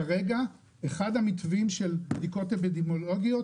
כרגע אחד המתווים של בדיקות אפידמיולוגיות,